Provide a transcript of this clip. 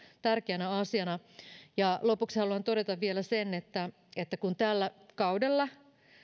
tärkeänä asiana lopuksi haluan todeta vielä sen että että kun tällä kaudella